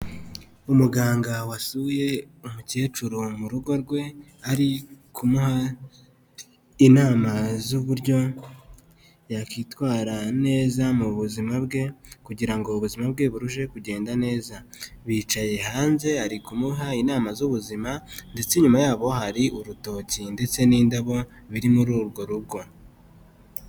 Umuganga wasuye umukecuru mu rugo rwe, ari kumuha inama z'uburyo yakwitwara neza mu buzima bwe kugira ngo ubuzima bwe burusheho kugenda neza, bicaye hanze, ari kumuha inama z'ubuzima ndetse inyuma yabo hari urutoki ndetse n'indabo biri muri urwo rugo.